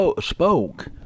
spoke